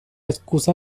excusa